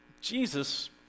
Jesus